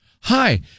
Hi